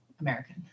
American